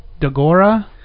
Dagora